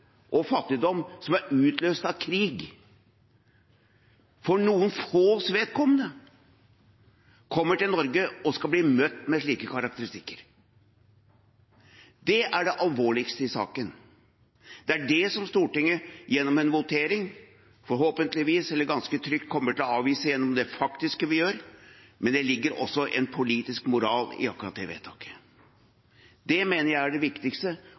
og fattigdom som er utløst av krig, for noen fås vedkommende, kommer til Norge og skal bli møtt med slike karakteristikker. Det er det alvorligste i saken. Det er det Stortinget gjennom en votering, forhåpentligvis eller ganske trygt, kommer til å avvise gjennom det faktiske vi gjør, men det ligger også en politisk moral i akkurat det vedtaket. Det mener jeg er det viktigste,